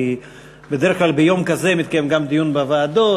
כי בדרך כלל ביום כזה מתקיים דיון גם בוועדות,